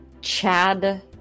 Chad